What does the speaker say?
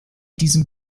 diesem